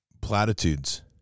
platitudes